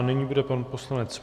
Nyní bude pan poslanec